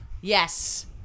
Yes